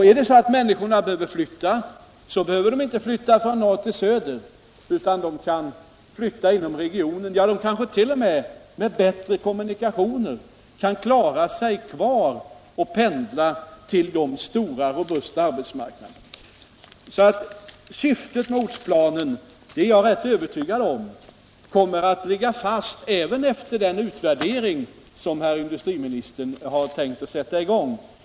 Är det så att människorna behöver flytta, behöver de inte flytta från norr till söder, utan de kan flytta inom regionen. Ja, de kanske t.o.m. med bättre kommunikationer kan bo kvar och pendla till de stora robusta arbetsmarknaderna. Syftet med ortsplanen — det är jag rätt övertygad om — kommer att ligga fast även efter den utvärdering som herr industriministern har tänkt att sätta i gång.